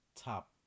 top